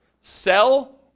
sell